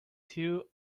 two